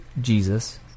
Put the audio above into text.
Jesus